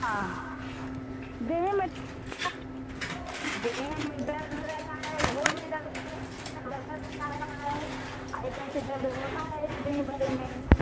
हाँ देहे में देह एन दर्द रहता है गोड में दर्द रहता है पिराता है ऐसे तो दर्द होता है दिन भर में